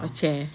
a chair